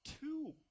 two